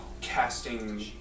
casting